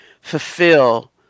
fulfill